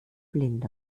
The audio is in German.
blind